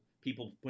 people